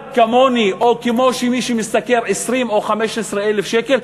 כמו שלי או כמו של מי שמשתכר 20,000 או 15,000 שקל?